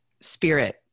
spirit